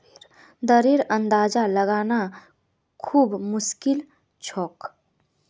दरेर अंदाजा लगाना खूब मुश्किल छोक